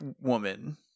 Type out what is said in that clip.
woman